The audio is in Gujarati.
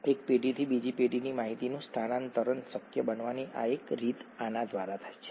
એક પેઢીથી બીજી પેઢીમાં માહિતીનું સ્થાનાંતરણ શક્ય બનાવવાની એક રીત આના દ્વારા છે